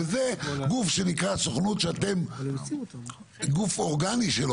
וזה הסוכנות שאתם גוף אורגני שלו,